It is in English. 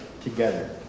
together